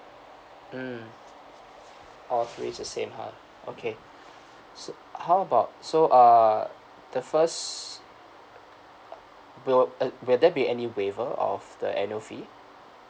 mm all three it's the same ha okay so how about so err the first uh uh will uh will there be any waiver of the annual fee